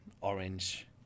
orange